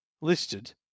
listed